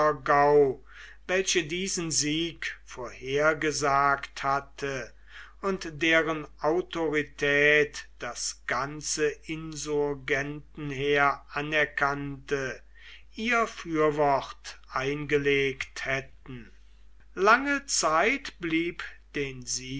welche diesen sieg vorhergesagt hatte und deren autorität das ganze insurgentenheer anerkannte ihr fürwort eingelegt hätten lange zeit blieb den